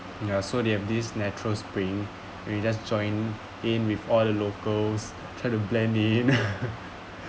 ya so they have this natural spring when you just join in with all the locals try to blend in